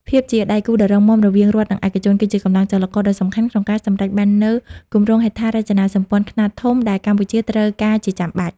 ភាពជាដៃគូដ៏រឹងមាំរវាងរដ្ឋ និងឯកជន គឺជាកម្លាំងចលករដ៏សំខាន់ក្នុងការសម្រេចបាននូវគម្រោងហេដ្ឋារចនាសម្ព័ន្ធខ្នាតធំ ដែលកម្ពុជាត្រូវការជាចាំបាច់។